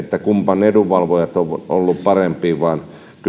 kumman edunvalvojat ovat olleet parempia vaan